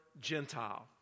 Gentile